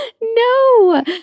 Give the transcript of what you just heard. No